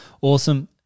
awesome